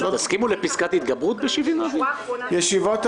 תסכימו לפסקת ההתגברות ב-70, אבי?